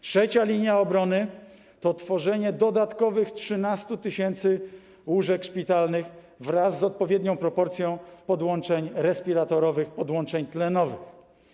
Trzecia linia obrony to tworzenie dodatkowych 13 tys. łóżek szpitalnych wraz z odpowiednią proporcją podłączeń respiratorowych, podłączeń tlenowych.